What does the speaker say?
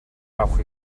авах